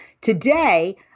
Today